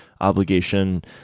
obligation